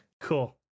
cool